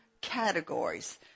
categories